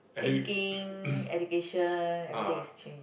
thinking education everything is change